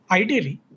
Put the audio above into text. ideally